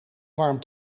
warm